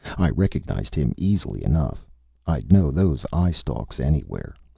i recognized him easily enough i'd know those eye-stalks anywhere.